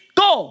go